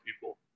people